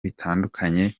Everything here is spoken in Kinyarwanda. bitandukanye